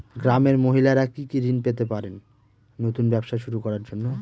গ্রামের মহিলারা কি কি ঋণ পেতে পারেন নতুন ব্যবসা শুরু করার জন্য?